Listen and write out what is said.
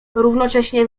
równocześnie